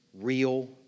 real